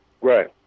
Right